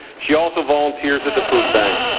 she also volunteers at the food bank.